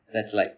that's like